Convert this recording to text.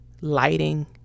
lighting